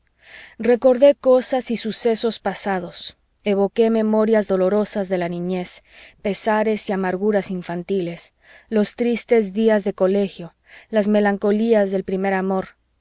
recordé cosas y sucesos pasados evoqué memorias dolorosas de la niñez pesares y amarguras infantiles los tristes días de colegio las melancolías del primer amor